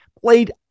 played